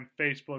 Facebook